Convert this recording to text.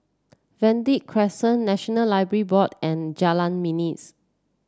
Verde Crescent National Library Board and Jalan Manis